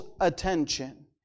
attention